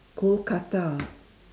Kolkata